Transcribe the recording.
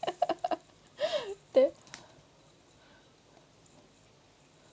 then